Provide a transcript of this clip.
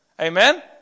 Amen